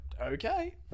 Okay